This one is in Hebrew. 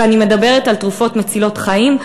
ואני מדברת על תרופות מצילות חיים,